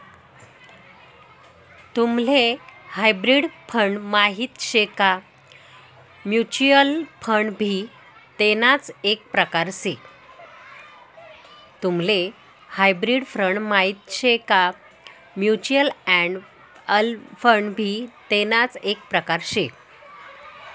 तुम्हले hybrid fund माहित शे का? म्युच्युअल फंड भी तेणाच एक प्रकार से